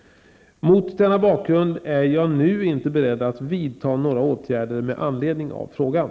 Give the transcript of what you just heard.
Mot denna bakgrund är jag nu inte beredd att vidta några åtgärder med anledning av frågan.